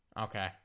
Okay